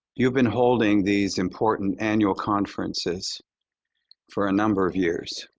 you've been holding these important annual conferences for a number of years.